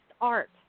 art